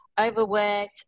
Overworked